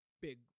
big